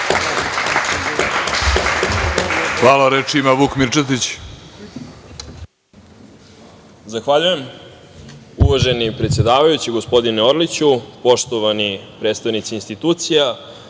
Hvala reč ima Vuk Mirčetić.